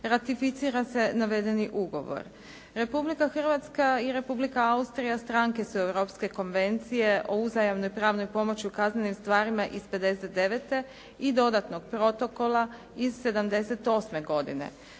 ratificira se navedeni ugovor. Republika Hrvatska i Republika Austrija stranke su Europske konvencije o uzajamnoj pravnoj pomoći u kaznenim stvarima iz '59. i dodatnog protokola iz '78. godine.